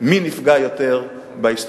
מי נפגע יותר בהיסטוריה.